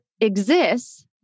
exists